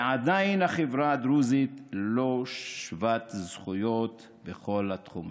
ועדיין העדה הדרוזית לא שוות זכויות בכל התחומים.